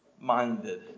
minded